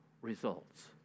results